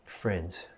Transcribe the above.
friends